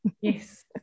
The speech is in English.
yes